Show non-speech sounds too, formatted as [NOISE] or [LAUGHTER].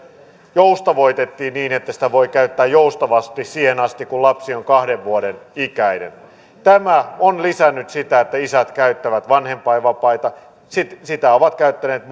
joustavoitettiin niin että sitä voi käyttää joustavasti siihen asti kun lapsi on kahden vuoden ikäinen tämä on lisännyt sitä että isät käyttävät vanhempainvapaita sitä ovat käyttäneet [UNINTELLIGIBLE]